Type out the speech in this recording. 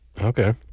okay